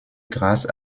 grâce